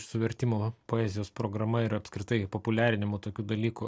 su vertimo poezijos programa ir apskritai populiarinimu tokių dalykų